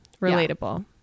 Relatable